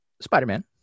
Spider-Man